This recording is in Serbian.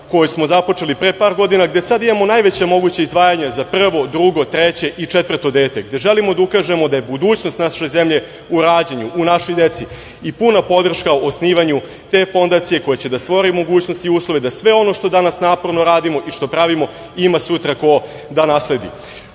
koju smo započeli pre par godina, gde sada imamo najveća moguća izdvajanja za prvo, drugo, treće i četvrto dete, gde želimo da ukažemo da je budućnost naše zemlje u rađanju, u našoj deci i puna podrška osnivanju te fondacije koja će da stvori mogućnosti i uslove da sve ono što danas naporno radimo i što pravimo ima ko sutra da nasledi. Ovde